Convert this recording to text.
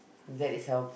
that is health